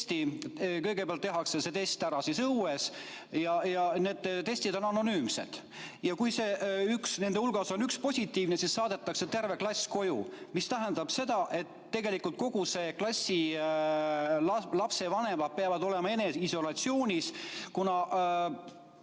Kõigepealt tehakse test õues ära ja need testid on anonüümsed. Kui üks test nende hulgas on positiivne, siis saadetakse terve klass koju, mis tähendab, et tegelikult kogu klassi lapsevanemad peavad olema eneseisolatsioonis, kuna